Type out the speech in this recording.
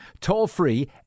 toll-free